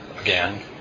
again